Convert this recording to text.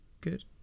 Good